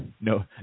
no